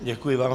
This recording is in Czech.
Děkuji vám.